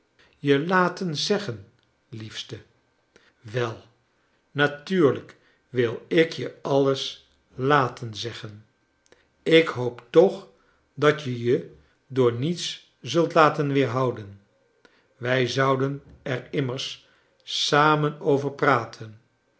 je laten zeggen liefste wel natuurlijk wil ik je alles laten zeggen ik hoop toch dat je je door niets zult laten weerhouden wij zouden er immers samen over praten